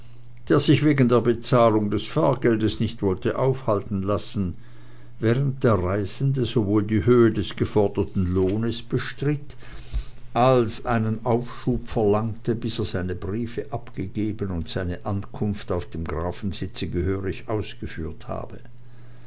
der sich wegen der bezahlung des fahrgeldes nicht wollte aufhalten lassen während der reisende sowohl die höhe des geforderten lohnes bestritt als einen aufschub verlangte bis er seine briefe abgegeben und seine ankunft auf dem grafensitze gehörig ausgeführt habe